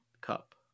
Cup